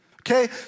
Okay